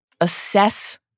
Assess